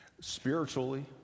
Spiritually